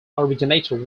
originated